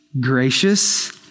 gracious